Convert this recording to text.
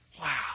Wow